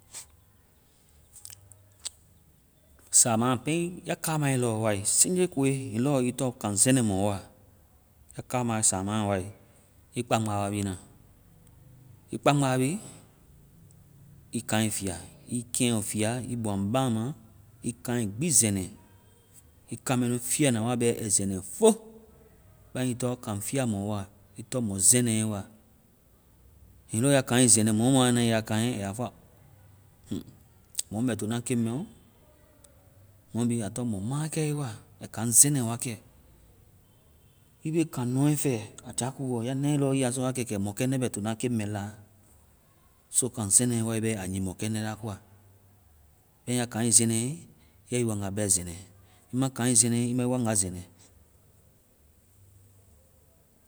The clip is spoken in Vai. Samaa pɛɛe ya kamae lɔ wae seŋje koe, hiŋi lɔ ii tɔŋ kaŋ zɛnɛ mɔ wa, ya kamae samaa wae ii kpaŋba wa bi na. Ii kpaŋba bi, ii kaŋɛ fia, ii bɔaŋ baŋma, ii kaŋɛ gbi zɛnɛ. Ii kaŋ mɛnu fia na wa ai zɛnɛ fo. Bɛma ii tɔŋ kaŋ fia mɔ wa. Ii tɔŋ mɔ zɛnɛe wa. Hiŋi lɔ ya kaŋɛ zɛnɛ, mɔomɔ a nae ya kaŋɛ, a ya fɔa, hm. Mɔmu bɛ tona keŋ mɛ ɔ. mɔ bi tɔŋ mɔ makɛe wa. Ai kaŋ zɛnɛe wakɛ. Ii be kaŋ nɔe fɛ a jakuɔ. Ya nae lɔ ii ya sɔ wakɛ, kɛ mɔkɛndɛ bɛ tona ken mɛ la. So kaŋ zɛnɛ wae bɛ, a nyii mɔkɛndɛ la koa. Bɛma ya kaŋɛ zɛnɛe, ya ii waŋga pɛ zɛnɛ. Iima kaŋɛ zɛnɛe, ii ma ii waŋga zɛnɛ.